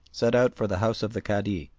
set out for the house of the cadi.